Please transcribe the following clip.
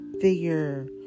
figure